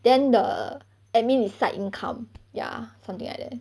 then the admin is side income ya something like that